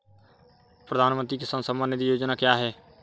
प्रधानमंत्री किसान सम्मान निधि योजना क्या है?